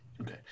Okay